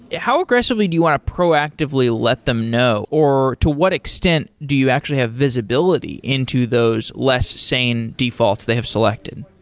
how aggressively do you want to proactively let them know, or to what extent do you actually have visibility into those less sane defaults they have selected?